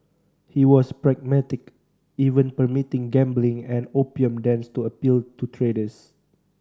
he was pragmatic even permitting gambling and opium dens to appeal to traders